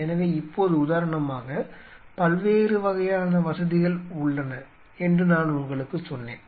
எனவே இப்போது உதாரணமாக பல்வேறு வகையான வசதிகள் உள்ளன என்று நான் உங்களுக்குச் சொன்னேன்